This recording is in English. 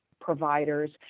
providers